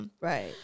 Right